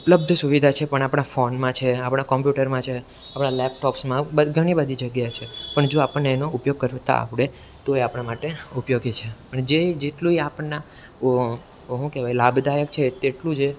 ઉપલબ્ધ સુવિધા છે પણ આપણા ફોનમાં છે આપણાં કોમ્પ્યુટરમાં છે આપણાં લેપટોપ્સમાં ઘણી બધી જગ્યાએ છે પણ જો આપણને એનો ઉપયોગ કરતાં આવડે તો એ આપણા માટે ઉપયોગી છે અને જે જેટલું એ આપણના શું કહેવાય લાભ દાયક છે તેટલું જ એ